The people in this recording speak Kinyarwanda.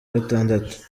gatandatu